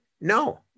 no